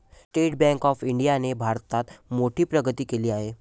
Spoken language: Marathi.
स्टेट बँक ऑफ इंडियाने भारतात मोठी प्रगती केली आहे